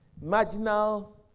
marginal